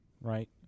Right